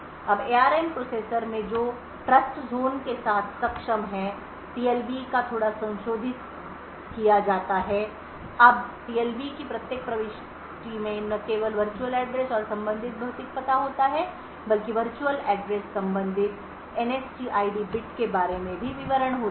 अब ARM processor में जो Trustzone के साथ सक्षम है TLB को थोड़ा संशोधित किया जाता है अब TLB की प्रत्येक प्रविष्टि में न केवल वर्चुअल एड्रेस और संबंधित भौतिक पता होता है बल्कि वर्चुअल एड्रेस संबंधित NSTID बिट के बारे में भी विवरण होता है